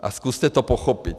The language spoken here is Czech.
A zkuste to pochopit!